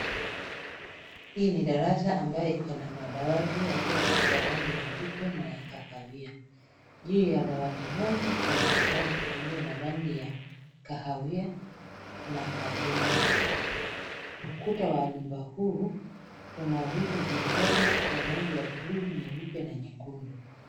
Hii ni darasa ambayo iko na madawati yaliyopakwa rangi nyeupe na ya kahawia. Juu ya dawati moja kuna kitabu iliyo na rangi ya kahawia na machungwa. Ukuta wa nyumba hii kuna vitu vimechorwa kwa rangi ya buluu, nyeupe na nyekundu.